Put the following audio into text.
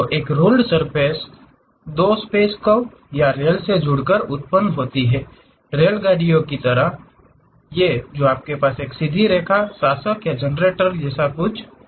तो एक ruled surface दो स्पेस कर्व या रेल से जुड़कर उत्पन्न होती है रेलगाड़ियों की तरह होती है और यह जो आपके पास एक सीधी रेखा शासक या जनरेटर के साथ हो वैसी होती हैं